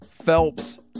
Phelps